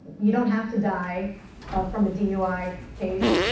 you don't have to die from the dui case